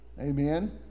Amen